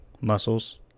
muscles